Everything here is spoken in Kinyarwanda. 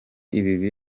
ibi